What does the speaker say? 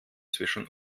zwischen